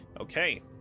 okay